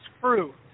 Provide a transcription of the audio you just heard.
fruit